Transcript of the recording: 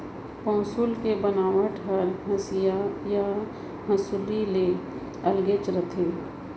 पौंसुल के बनावट हर हँसिया या हँसूली ले अलगेच रथे